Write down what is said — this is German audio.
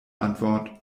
antwort